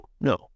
no